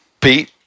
Pete